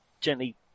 gently